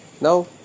now